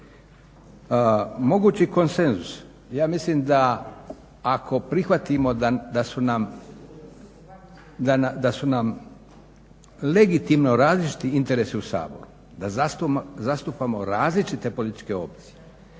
Mogući konsenzus, ja mislim da ako prihvatimo da su nam legitimno različiti interesi u Saboru, da zastupamo različite političke opcije,